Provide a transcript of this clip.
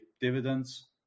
dividends